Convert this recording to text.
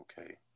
okay